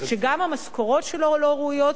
שגם המשכורות שלו לא ראויות,